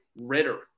Ritter